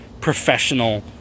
professional